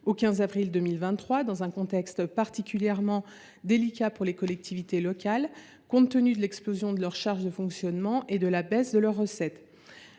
le 15 avril 2023 –, dans un contexte particulièrement délicat pour les collectivités locales, compte tenu de l’explosion de leurs charges de fonctionnement et de la baisse d’une partie